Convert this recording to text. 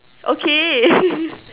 okay